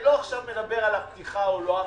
עכשיו אני לא מדבר על הפתיחה או לא הפתיחה,